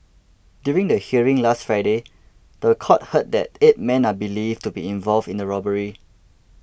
during the hearing last Friday the court heard that eight men are believed to be involved in the robbery